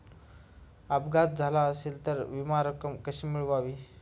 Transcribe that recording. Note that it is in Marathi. अपघात झाला असेल तर विमा रक्कम कशी मिळवावी?